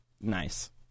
nice